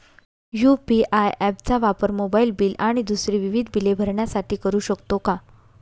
UPI app चा वापर mobile bill आणि दुसरी विविध बिले भरण्यासाठी करू शकतो का?